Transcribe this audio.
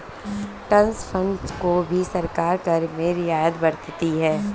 trust funds को भी सरकार कर में रियायत बरतती है